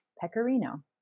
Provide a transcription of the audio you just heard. Pecorino